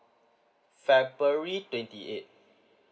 february twenty eight